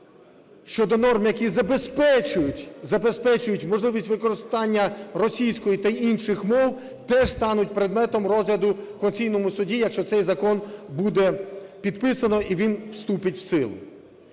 щодо норм, які забезпечують можливість використання російської та інших мов, теж стануть предметом розгляду в Конституційному Суді, якщо цей закон буде підписано і він вступить в силу.